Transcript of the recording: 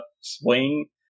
swing